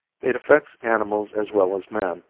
it affects animals as well as man,